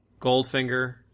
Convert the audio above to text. Goldfinger